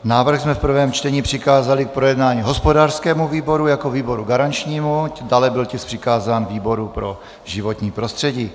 Návrh jsme v prvém čtení přikázali k projednání hospodářskému výboru jako výboru garančnímu, dále byl tisk přikázán výboru pro životní prostředí.